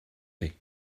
chi